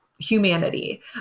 humanity